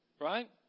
right